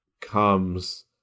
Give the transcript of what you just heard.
comes